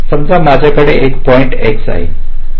समजा माझ्याकडे एक पॉईंट x आहे